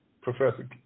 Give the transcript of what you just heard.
Professor